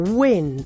win